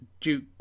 Duke